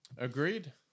Agreed